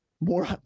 more